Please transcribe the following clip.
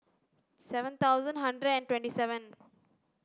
seven thousand hundred and twenty seven